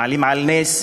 מעלים על נס,